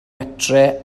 metrau